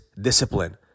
discipline